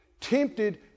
tempted